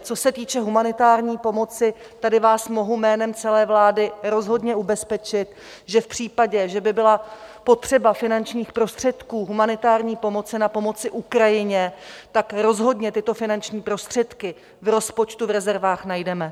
Co se týče humanitární pomoci, tady vás mohu jménem celé vlády rozhodně ubezpečit, že v případě, že by byla potřeba finančních prostředků humanitární pomoci na pomoci Ukrajině, tak rozhodně tyto finanční prostředky v rozpočtu v rezervách najdeme.